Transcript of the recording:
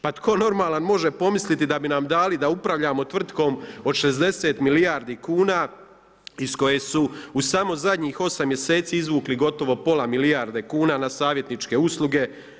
Pa tko normalan može pomisliti da bi nam dali da upravljamo tvrtkom od 60 milijardi kuna iz koje su u samo zadnjih 8 mjeseci izvukli gotovo pola milijarde kuna na savjetničke usluge.